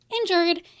injured